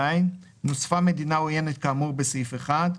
" נוספה מדינה עוינת כאמור בסעיף 1,